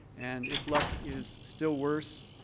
and if luck is still worse,